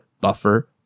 buffer